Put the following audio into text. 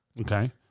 Okay